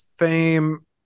Fame